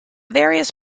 various